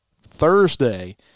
thursday